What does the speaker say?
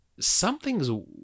Something's